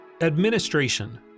Administration